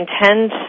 intend